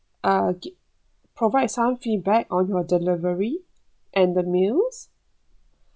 uh giv~ provide some feedback on your delivery and the meals